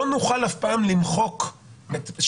לא נוכל אף פעם וזה אולי הכי גרוע למחוק את העובדה